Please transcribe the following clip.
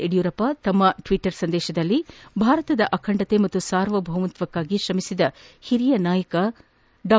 ಯಡಿಯೂರಪ್ಪ ತಮ್ಮ ಟ್ವೀಟ್ ಸಂದೇಶದಲ್ಲಿ ಭಾರತದ ಅಖಂಡತೆ ಪಾಗೂ ಸಾರ್ವಭೌಮತ್ವಕ್ಕಾಗಿ ಕ್ರಮಿಸಿದ ಒರಿಯ ನಾಯಕ ಡಾ